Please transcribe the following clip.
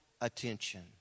attention